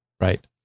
Right